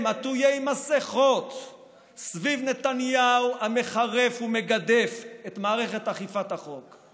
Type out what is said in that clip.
עטויי מסכות סביב נתניהו המחרף ומגדף את מערכת אכיפת החוק?